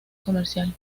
comercial